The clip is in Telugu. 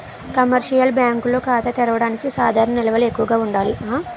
కమర్షియల్ బ్యాంకుల్లో ఖాతా తెరవడానికి సాధారణ నిల్వలు ఎక్కువగా ఉండాలి